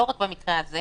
לא רק במקרה הזה,